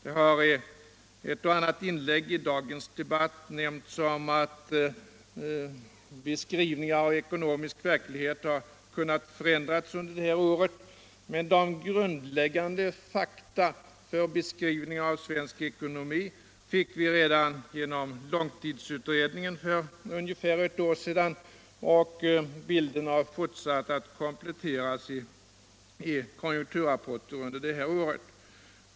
I ett och annat inlägg i dagens debatt har det nämnts att beskrivningar av ekonomisk verklighet har kunnat förändras under det här året. Men de grundläggande fakta för beskrivning av svensk ekonomi fick vi redan genom långtidsutredningen för ungefär ett år sedan. och bilden har fortsalt att kompletteras i konjunkturrapporter i år.